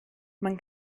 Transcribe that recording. man